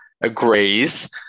agrees